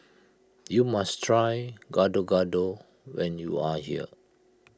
you must try Gado Gado when you are here